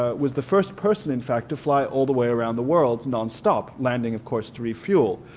ah was the first person in fact to fly all the way around the world non-stop landing of course to refuel,